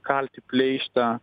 kalti pleištą